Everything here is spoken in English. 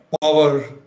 power